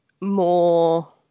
more